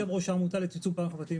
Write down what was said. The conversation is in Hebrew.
יושב-ראש העמותה לצמצום פערים חברתיים.